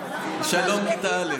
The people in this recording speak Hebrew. שלום כיתה א'.